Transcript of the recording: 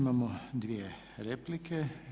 Imamo dvije replike.